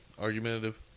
Argumentative